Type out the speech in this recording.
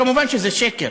כמובן, זה שקר.